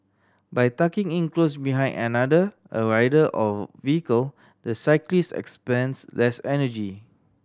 by tucking in close behind another a rider or vehicle the cyclist expends less energy